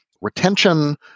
retention